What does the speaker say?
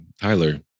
Tyler